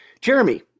Jeremy